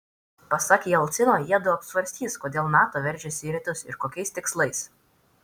pasak jelcino jiedu apsvarstys kodėl nato veržiasi į rytus ir kokiais tikslais